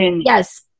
yes